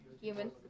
Human